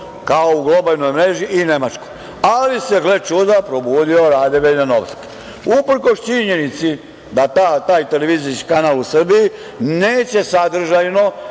kao u globalnoj mreži, i Nemačkoj. Gle čuda, probudio se Rade Veljanovski. Uprkos činjenici da taj televizijski kanal u Srbiji neće sadržajno,